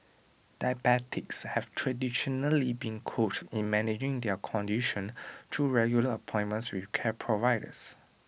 diabetics have traditionally been coached in managing their condition through regular appointments with care providers